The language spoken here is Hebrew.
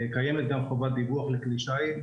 קיימת גם חובת דיווח לכלי שיט,